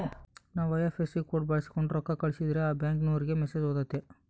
ನಾವು IFSC code ಬಳಕ್ಸೋಂಡು ರೊಕ್ಕ ಕಳಸಿದ್ರೆ ಆ ಬ್ಯಾಂಕಿನೋರಿಗೆ ಮೆಸೇಜ್ ಹೊತತೆ